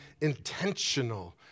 intentional